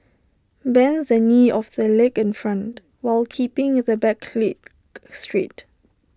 bend the knee of the leg in front while keeping the back leg straight